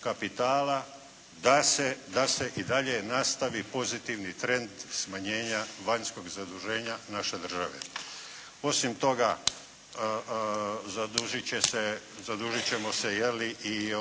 kapitala da se, da se i dalje nastavi pozitivan trend smanjenja vanjskog zaduženja naše države. Osim toga zadužit će se, zadužit ćemo se je li i